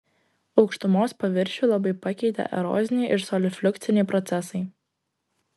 aukštumos paviršių labai pakeitė eroziniai ir solifliukciniai procesai